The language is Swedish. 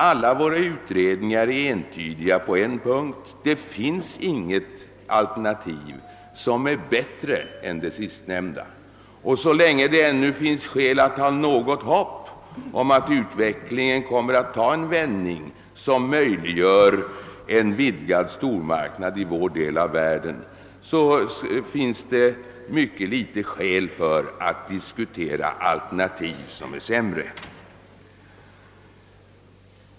Alla våra utredningar är emellertid entydiga på en punkt: det finns inget alternativ som är bättre än det sistnämnda. Så länge man kan hysa hopp om att utvecklingen kommer att ta en vändning, som verkligen medför en vidgad stormarknad i vår del av världen, finns det knappast anledning att diskutera alternativ som är sämre.